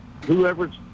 whoever's